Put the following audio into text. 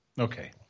Okay